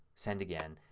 send again,